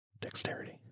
dexterity